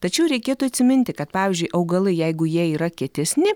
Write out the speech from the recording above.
tačiau reikėtų atsiminti kad pavyzdžiui augalai jeigu jie yra kietesni